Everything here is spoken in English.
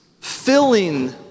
filling